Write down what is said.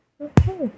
Okay